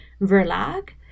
verlag